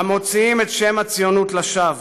המוציאים את שם הציונות לשווא.